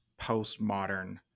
postmodern